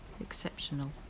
exceptional